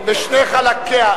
בשני חלקיה.